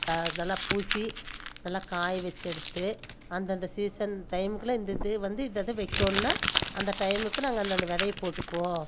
க நல்லா பூசி நல்லா காய வச்சி எடுத்து அந்தந்த சீசன் டைமில் இந்த இதை வந்து இதை இதை வைக்கனும்னா அந்த டைம்க்கு நாங்க அந்தந்த விதையை போட்டுக்குவோம்